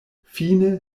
fine